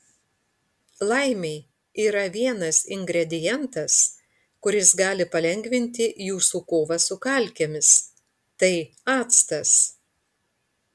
laimei yra vienas ingredientas kuris gali palengvinti jūsų kovą su kalkėmis tai actas